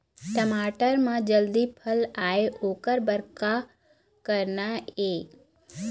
टमाटर म जल्दी फल आय ओकर बर का करना ये?